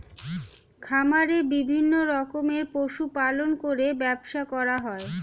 খামারে বিভিন্ন রকমের পশু পালন করে ব্যবসা করা হয়